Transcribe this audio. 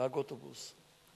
נהג אוטובוס,